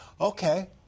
okay